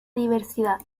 diversidad